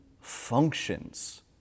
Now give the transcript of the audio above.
functions